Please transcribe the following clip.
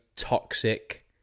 toxic